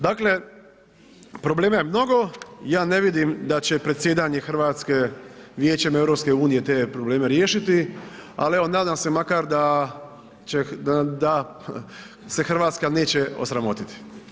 Dakle, problema je mnogo, ja ne vidim da će predsjedanje Hrvatske Vijećem EU-a te probleme riješiti ali evo nadam se makar da se Hrvatska neće osramotiti.